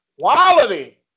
quality